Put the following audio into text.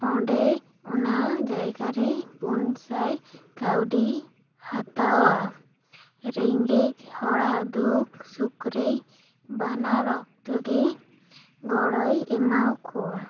ᱚᱸᱰᱮ ᱚᱱᱟ ᱡᱟᱭᱜᱟ ᱨᱮ ᱯᱩᱱ ᱥᱟᱭ ᱠᱟᱹᱣᱰᱤᱭ ᱦᱟᱛᱟᱣᱟ ᱨᱮᱸᱜᱮᱡ ᱦᱚᱲᱟᱜ ᱫᱩᱠᱼᱥᱩᱠ ᱨᱮ ᱵᱟᱱᱟᱨ ᱚᱠᱛᱚ ᱜᱮᱭ ᱜᱚᱲᱚᱭ ᱮᱢᱟᱣᱟᱠᱚᱣᱟ